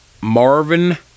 marvin